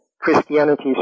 Christianity